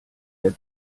der